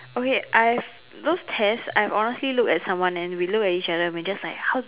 okay I've those tests I've honestly looked at someone and we look at each other and we're just like how to